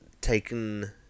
taken